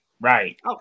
right